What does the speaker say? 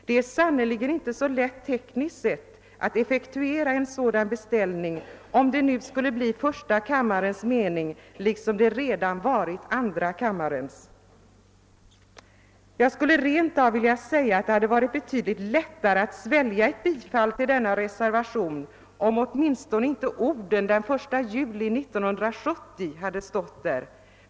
Det är sannerligen inte så lätt tekniskt sett att effektuera en sådan beställning, om det nu skulle bli första kammarens mening liksom det redan varit andra kammarens mening. Jag skulle rentav vilja säga att det hade varit betydligt lättare att svälja ett bifall till denna reservation, om åtminstone inte orden ”den 1 juli 1970” hade stått där.